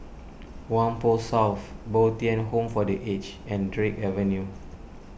Whampoa South Bo Tien Home for the Aged and Drake Avenue